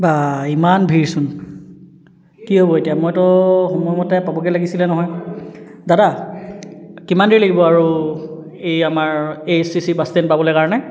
বা ইমান ভিৰ চোন কি হ'ব এতিয়া মইতো সময়মতে পাবগৈ লাগিছিল নহয় দাদা কিমান দেৰি লাগিব আৰু এই আমাৰ A S T C bus stand পাবলৈ কাৰণে